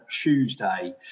Tuesday